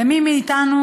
למי מאיתנו